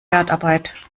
wertarbeit